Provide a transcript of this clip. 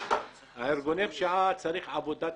בארגוני פשיעה צריכה להיעשות עבודת